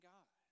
God